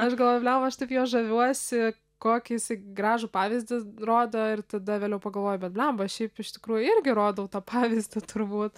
aš galvoju bemba aš taip juo žaviuosi kokį jis gražų pavyzdį rodo ir tada vėliau pagalvojau bet blemba šiaip iš tikrųjų irgi rodau tą pavyzdį turbūt